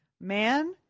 Man